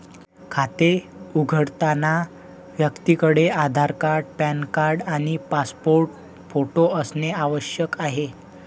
खाते उघडताना व्यक्तीकडे आधार कार्ड, पॅन कार्ड आणि पासपोर्ट फोटो असणे आवश्यक आहे